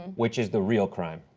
and which is the real crime.